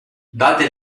date